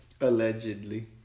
Allegedly